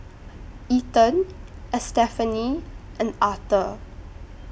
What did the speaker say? Ethan Estefany and Arthur